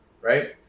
right